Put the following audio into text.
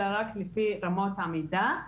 אלא רק לפי אמות המידה.